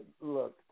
look